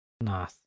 nice